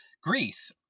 Greece